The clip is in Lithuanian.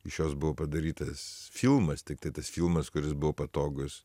iš jos buvo padarytas filmas tiktai tas filmas kuris buvo patogus